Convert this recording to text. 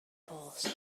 post